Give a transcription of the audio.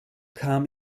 kam